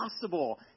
Possible